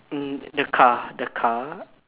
mm the car the car